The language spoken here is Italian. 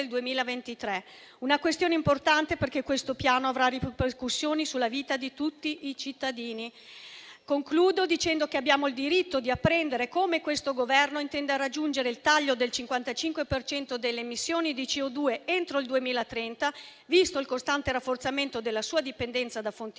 una questione importante, perché avrà ripercussioni sulla vita di tutti i cittadini. Signor Presidente, concludo dicendo che abbiamo il diritto di apprendere come questo Governo intenda raggiungere il taglio del 55 per cento delle emissioni di CO₂ entro il 2030, visto il costante rafforzamento della sua dipendenza da fonti